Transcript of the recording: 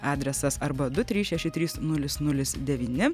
adresas arba du trys šeši trys nulis nulis devyni